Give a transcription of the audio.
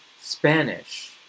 Spanish